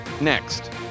next